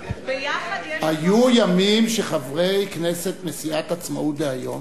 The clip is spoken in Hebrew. היו ימים שחברי כנסת מסיעת העצמאות דהיום